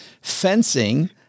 fencing